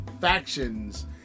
factions